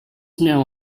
know